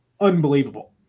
unbelievable